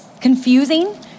confusing